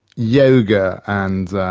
yoga and